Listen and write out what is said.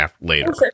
later